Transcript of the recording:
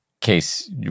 case